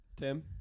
Tim